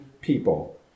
people